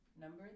Number